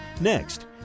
Next